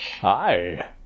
Hi